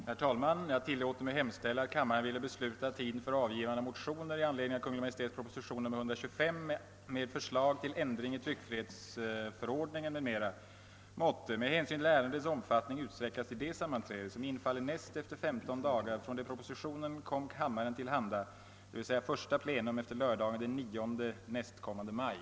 Herr talman! Jag tillåter mig hemställa, att kammaren ville besluta, att tiden för avgivande av motioner i anledning av Kungl. Maj:ts proposition nr 125, med förslag till ändring i tryckfrihetsförordningen, m.m., måtte med hänsyn till ärendets omfattning utsträckas till det sammanträde som infaller näst efter femton dagar från det propositionen kom kammaren till handa, d.v.s. första plenum efter lördagen den 9 nästkommande maj.